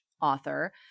author